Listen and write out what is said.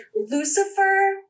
lucifer